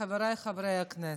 חבריי חברי הכנסת,